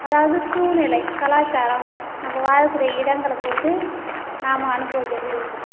அதாவது சூழ்நிலை கலாச்சாரம் நம்ம வாழக்கூடிய இடங்களைப் பொறுத்து நாம் அனுபவிக்கிறது இருக்குது